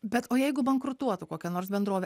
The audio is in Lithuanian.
bet o jeigu bankrutuotų kokia nors bendrovė